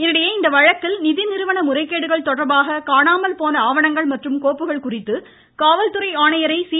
இதனிடையே இவ்வழக்கில் நிதிநிறுவன முறைகேடுகள் தொடர்பாக காணாமல் போன ஆவணங்கள் மற்றும் கோப்புகள் குறித்து காவல்துறை ஆணையரை சி